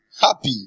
happy